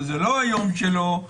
וזה לא היום שלו,